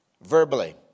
verbally